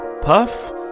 puff